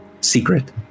secret